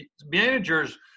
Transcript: managers